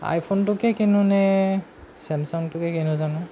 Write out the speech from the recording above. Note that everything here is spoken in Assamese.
আইফোনটোকে কিনোঁ নে চেমচাংটোকে কিনোঁ জানো